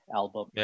album